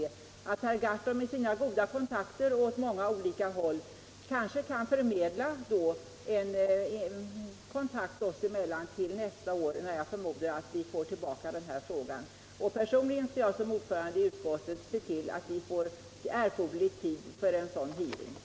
Jag tror att herr Gahrton med sina goda förbindelser på många olika håll kan förmedla en kontakt'oss emellan till nästa år, då jag förmodar att vi får tillbaka denna fråga. Jag skall som ordförande i utskottet personligen se till att vi får erforderlig tid för en sådan hearing.